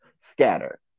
scatter